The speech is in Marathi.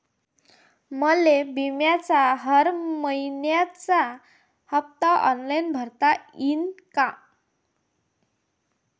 मले बिम्याचा हर मइन्याचा हप्ता ऑनलाईन भरता यीन का?